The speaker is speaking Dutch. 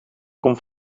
komt